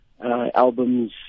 albums